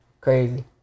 crazy